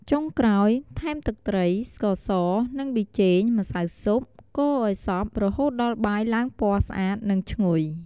ចុងក្រោយ ថែមទឹកត្រី ស្ករស និងប៊ីចេង ម្សៅស៊ុប កូរឱ្យសព្វ រហូតដល់បាយឡើងពណ៌ស្អាត និងឈ្ងុយ។